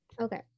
okay